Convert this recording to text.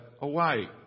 away